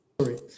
Sorry